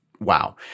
Wow